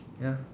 ya